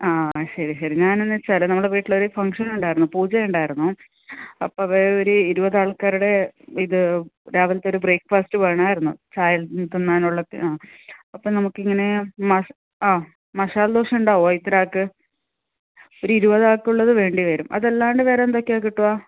ആ ശരി ശരി ഞാനെന്നാന്ന് വെച്ചാൽ നമ്മുടെ വീട്ടിലൊരു ഫങ്ഷനുണ്ടായിരുന്നു പൂജ ഉണ്ടായിരുന്നു അപ്പവേ ഒരു ഇരുപതാൾക്കാരുടെ ഇത് രാവിലത്തെ ഒരു ബ്രേക്ക് ഫാസ്റ്റ് വേണമായിരുന്നു ചായയോടൊപ്പം തിന്നാനുള്ള അപ്പം നമുക്കിങ്ങനെ മസ് ആ മസാല ദോശ ഉണ്ടാവുവോ ഇത്ര ആൾക്ക് ഒരു ഇരുപതാൾക്കുള്ളത് വേണ്ടി വരും അതല്ലാണ്ട് വേറെന്തൊക്കെയാണ് കിട്ടുക